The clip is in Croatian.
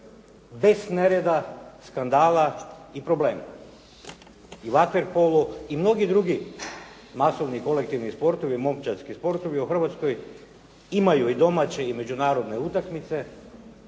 bez nereda, skandala i problema. I vaterpolo i mnogi drugi masovni kolektivni sportovi, momčadski sportovi u Hrvatskoj imaju i domaće i međunarodne utakmice